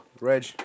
Reg